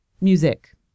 music